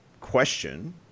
question